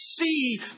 see